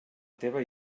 teva